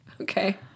Okay